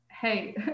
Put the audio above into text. hey